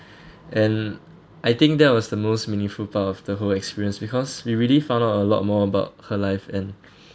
and I think that was the most meaningful part of the whole experience because we really found out a lot more about her life and